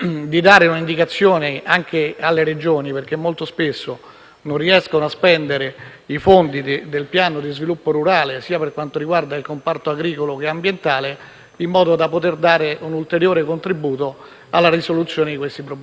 non riescono a spendere i fondi del piano di sviluppo rurale, per quanto riguarda sia il comparto agricolo, sia quello ambientale, in modo da poter dare un ulteriore contributo alla risoluzione di questi problemi.